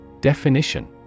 Definition